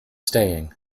staying